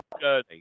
journey